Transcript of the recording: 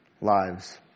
lives